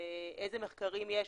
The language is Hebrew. איזה מחקרים יש,